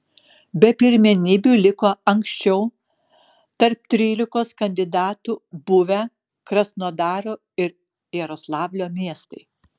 be pirmenybių liko anksčiau tarp trylikos kandidatų buvę krasnodaro ir jaroslavlio miestai